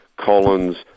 Collins